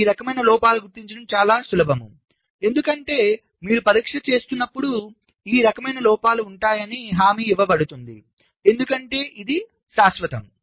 ఈ రకమైన లోపాలను గుర్తించడం చాలా సులభం ఎందుకంటే మీరు పరీక్ష చేస్తున్నప్పుడు ఈ రకమైన లోపాలు ఉంటాయని హామీ ఇవ్వబడుతుంది ఎందుకంటే ఇది శాశ్వతం